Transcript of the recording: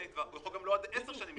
יכול גם לא עד 10 שנים לתבוע.